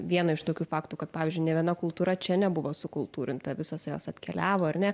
vieną iš tokių faktų kad pavyzdžiui nė viena kultūra čia nebuvo sukultūrinta visos jos atkeliavo ar ne